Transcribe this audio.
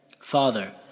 Father